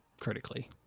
critically